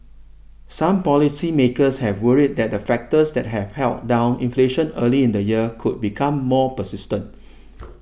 some policymakers had worried that the factors that had held down inflation early in the year could become more persistent